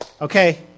Okay